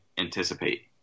anticipate